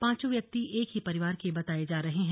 पांचों व्यक्ति एक ही परिवार के बताए जा रहे हैं